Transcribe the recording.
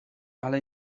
ale